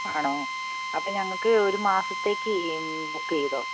ആണോ അപ്പോൾ ഞങ്ങൾക്ക് ഒരു മാസത്തേക്ക് ബുക്ക് ചെയ്തോ